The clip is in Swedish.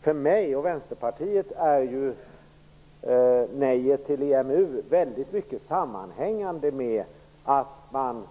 För mig och Vänsterpartiet hänger ett nej till EMU väldigt mycket samman med att man